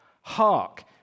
hark